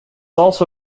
also